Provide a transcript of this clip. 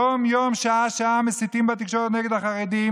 יום-יום, שעה-שעה, מסיתים בתקשורת נגד החרדים.